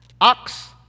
Ox